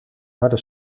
harde